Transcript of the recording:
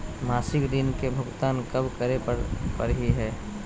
मासिक ऋण के भुगतान कब करै परही हे?